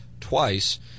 twice